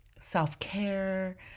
self-care